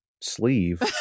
sleeve